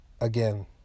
Again